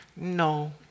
No